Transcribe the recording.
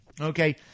Okay